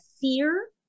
fear